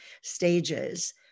stages